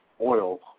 oil